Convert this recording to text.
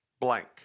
blank